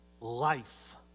life